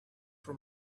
for